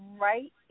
right